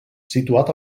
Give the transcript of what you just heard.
situat